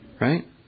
Right